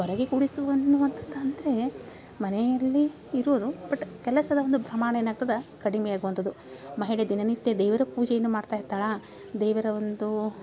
ಹೊರಗೆ ಕೂಡಿಸುವನ್ನುವಂಥದ್ ಅಂದರೆ ಮನೆಯಲ್ಲಿ ಇರುವುದು ಬಟ್ ಕೆಲಸದ ಒಂದು ಪ್ರಮಾಣ ಏನಾಗ್ತದೆ ಕಡಿಮೆ ಆಗುವಂಥದು ಮಹಿಳೆ ದಿನ ನಿತ್ಯ ದೇವರ ಪೂಜೆಯನ್ನು ಮಾಡ್ತಾ ಇರ್ತಾಳೆ ದೇವರ ಒಂದು